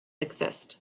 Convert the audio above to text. exist